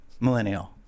millennial